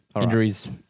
Injuries